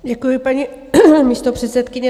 Děkuji, paní místopředsedkyně.